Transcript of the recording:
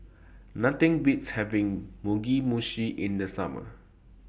Nothing Beats having Mugi Meshi in The Summer